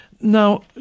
Now